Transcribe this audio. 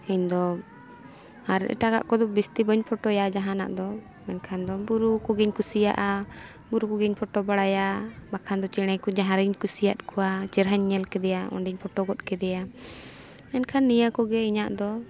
ᱤᱧ ᱫᱚ ᱟᱨ ᱮᱴᱟᱜᱟᱜ ᱠᱚᱫᱚ ᱡᱟᱹᱥᱛᱤ ᱵᱟᱹᱧ ᱯᱷᱳᱴᱳᱭᱟ ᱡᱟᱦᱟᱱᱟᱜ ᱫᱚ ᱢᱮᱱᱠᱷᱟᱱ ᱫᱚ ᱵᱩᱨᱩ ᱠᱚᱜᱮᱧ ᱠᱩᱥᱤᱭᱟᱜᱼᱟ ᱵᱩᱨᱩ ᱠᱚᱜᱮᱧ ᱯᱷᱳᱴᱳ ᱵᱟᱲᱟᱭᱟ ᱵᱟᱠᱷᱟᱱ ᱫᱚ ᱪᱮᱬᱮ ᱠᱚ ᱡᱟᱦᱟᱸ ᱨᱤᱧ ᱠᱩᱥᱤᱭᱟᱫ ᱠᱚᱣᱟ ᱪᱮᱦᱨᱟᱧ ᱧᱮᱞ ᱠᱮᱫᱮᱭᱟ ᱚᱸᱰᱮᱧ ᱯᱷᱳᱴᱳ ᱜᱚᱫ ᱠᱮᱫᱮᱭᱟ ᱢᱮᱱᱠᱷᱟᱱ ᱱᱤᱭᱟᱹ ᱠᱚᱜᱮ ᱤᱧᱟᱹᱜ ᱫᱚ